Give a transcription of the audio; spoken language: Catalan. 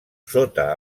sota